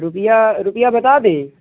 रुपये रुपये बता दें